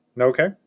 Okay